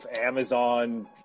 Amazon